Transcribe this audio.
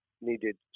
needed